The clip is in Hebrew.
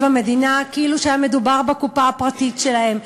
המדינה כאילו שהיה מדובר בקופה הפרטית שלהם,